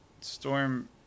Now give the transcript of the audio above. Storm